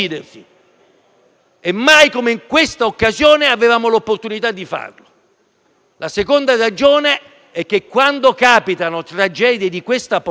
e mai come in questa occasione avevamo l'opportunità di farlo. In secondo luogo, quando capitano tragedie di questa portata,